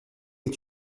est